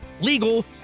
legal